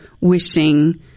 wishing